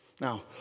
Now